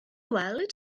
weld